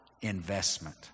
investment